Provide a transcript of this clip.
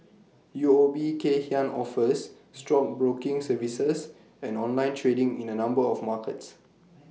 U O B Kay Hian offers stockbroking services and online trading in A number of markets